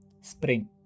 spring